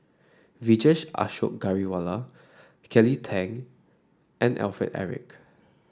Vijesh Ashok Ghariwala Kelly Tang and Alfred Eric